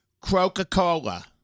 Coca-Cola